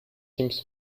seems